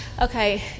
Okay